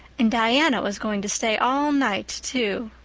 and diana was going to stay all night, too.